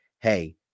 Hey